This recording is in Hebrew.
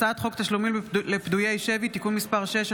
הצעת חוק תשלומים לפדויי שבי (תיקון מס' 6),